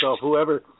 whoever